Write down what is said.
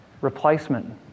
replacement